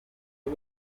uyu